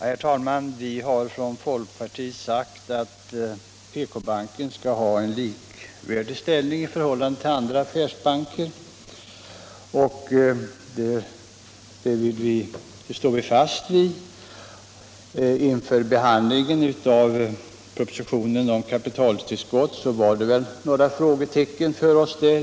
Herr talman! Vi har från folkpartiet sagt att PK-banken skall ha en i förhållande till andra affärsbanker likvärdig ställning, och det står vi fast vid. Inför behandlingen av propositionen om kapitaltillskott tyckte vi väl att några frågetecken kvarstod.